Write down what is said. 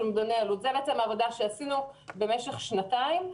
זו בעצם עבודה שעשינו במשך שנתיים.